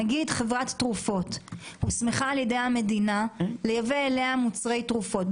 נגיד חברת תרופות הוסמכה על ידי המדינה לייבא אליה מוצרי תרופות,